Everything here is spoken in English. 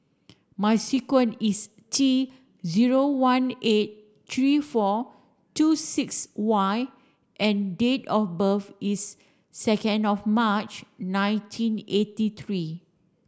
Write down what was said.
my sequence is T zero one eight three four two six Y and date of birth is second of March nineteen eighty three